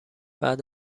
بعد